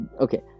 okay